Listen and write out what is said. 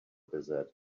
desert